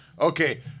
Okay